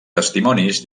testimonis